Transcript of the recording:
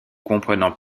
comprenant